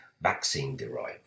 vaccine-derived